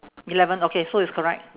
eleven okay so it's correct